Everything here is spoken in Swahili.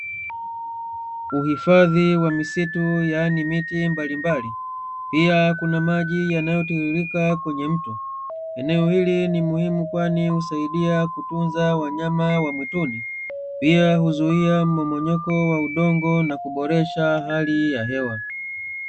Uhifadhi wa misitu yaani miti mbalimbali, pia kuna maji yanayotiririka kwenye mto, eneo hili ni muhimu kwani husaidia kutunza wanyama wa mwituni, pia huzuia mmomonyoko wa udongo na kuboresha hali ya hewa.